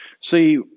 See